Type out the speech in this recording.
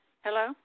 Hello